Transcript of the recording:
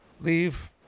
leave